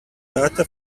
data